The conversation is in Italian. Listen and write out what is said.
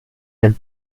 del